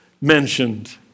mentioned